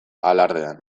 alardean